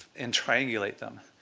and triangulate them.